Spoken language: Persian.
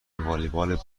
والیبال